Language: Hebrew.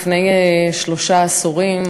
לפני שלושה עשורים,